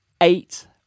eight